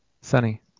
Sunny